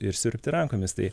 ir siurbti rankomis tai